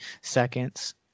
seconds